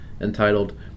entitled